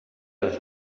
dos